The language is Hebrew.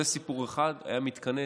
זה סיפור אחד שהיה מתכנס